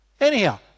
Anyhow